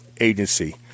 Agency